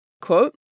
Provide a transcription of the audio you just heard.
quote